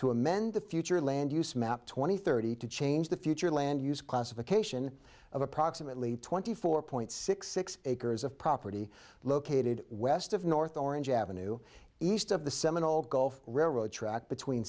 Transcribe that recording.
to amend the future land use map twenty thirty to change the future land use classification of approximately twenty four point six six acres of property located west of north orange ave east of the seminole golf road track between